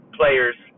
players